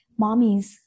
mommies